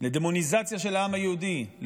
לדמוניזציה של העם היהודי,